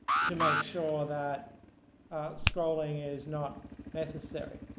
to make sure that scrolling is not necessary.